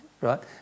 Right